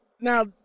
Now